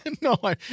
No